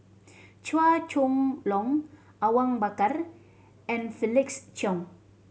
Chua Chong Long Awang Bakar and Felix Cheong